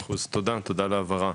תודה, תודה על ההבהרה.